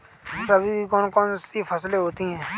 रबी की कौन कौन सी फसलें होती हैं?